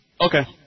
Okay